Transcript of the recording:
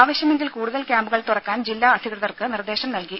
ആവശ്യമെങ്കിൽ കൂടുതൽ ക്യാമ്പുകൾ തുറക്കാൻ ജില്ലാ അധികൃതർക്ക് നിർദ്ദേശം നൽകി